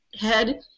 head